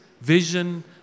vision